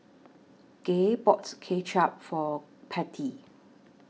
Gay bought Kuay Chap For Patty